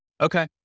okay